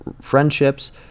friendships